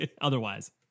otherwise